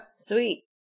Sweet